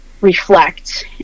Reflect